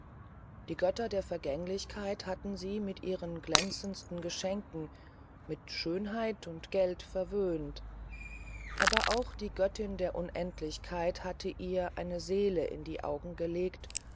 die götter der vergänglichkeit hatten sie mit ihren glänzendsten geschenken mit schönheit und geld verwöhnt aber auch die göttin der unendlichkeit hatte ihr eine seele in die augen gegeben